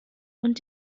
und